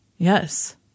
Yes